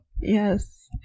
Yes